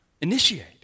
Initiate